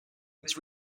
was